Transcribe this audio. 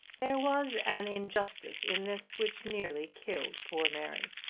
there was an injustice in this which nearly killed poor mary.